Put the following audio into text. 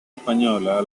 española